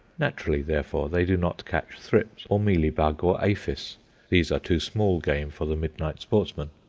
naturally, therefore, they do not catch thrips or mealy-bug or aphis these are too small game for the midnight sports-man.